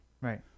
Right